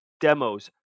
demos